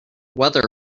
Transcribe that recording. weather